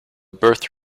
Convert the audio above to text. birth